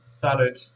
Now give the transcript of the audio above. salad